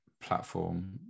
platform